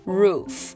roof